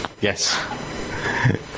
Yes